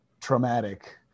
traumatic